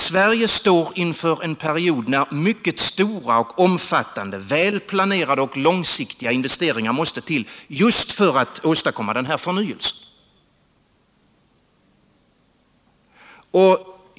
Sverige står inför en period när mycket stora och omfattande, välplanerade och långsiktiga investeringar måste till just för att åstadkomma den här förnyelsen.